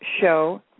show